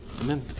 amen